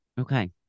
Okay